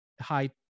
high